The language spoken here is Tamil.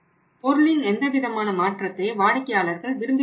பொருளின் எந்த விதமான மாற்றத்தை வாடிக்கையாளர்கள் விரும்புகிறார்கள்